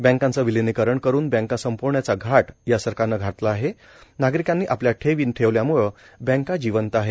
बँकांचे विलीनीकरण करून बँका संपवण्याचा घात या सरकारने घातला आहे नागरिकांनी आपल्या ठेवी ठेवल्याम्ळे बँका जिवंत आहेत